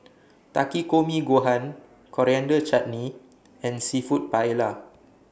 Takikomi Gohan Coriander Chutney and Seafood Paella